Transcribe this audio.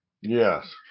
Yes